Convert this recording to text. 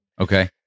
Okay